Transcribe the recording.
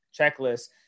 Checklist